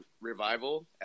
Revival